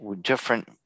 different